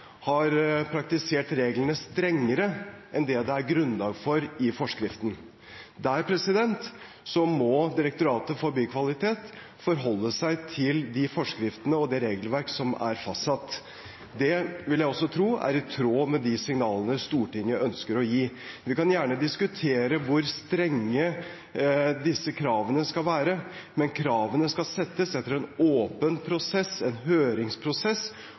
har praktisert reglene strengere enn det det er grunnlag for i forskriften. Direktoratet for byggkvalitet må forholde seg til de forskriftene og det regelverket som er fastsatt. Det vil jeg tro også er i tråd med de signalene Stortinget ønsker å gi. Vi kan gjerne diskutere hvor strenge disse kravene skal være, men kravene skal fastsettes etter en åpen prosess, en høringsprosess,